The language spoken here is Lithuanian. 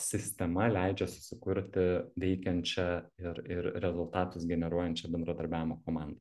sistema leidžia susikurti veikiančią ir ir rezultatus generuojančią bendradarbiavimo komandą